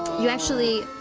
you actually,